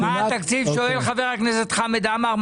שואל חבר הכנסת חמד עמאר,